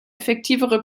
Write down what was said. effektivere